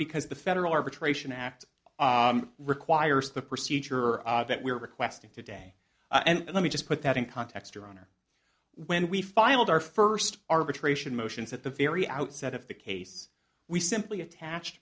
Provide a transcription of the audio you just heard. because the federal arbitration act requires the procedure that we're requesting today and let me just put that in context your honor when we filed our first arbitration motions at the very outset of the case we simply attached